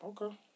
okay